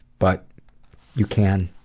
but you can,